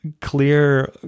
clear